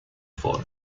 for